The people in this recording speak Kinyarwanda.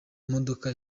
modoka